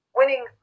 winning